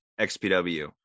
XPW